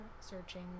searching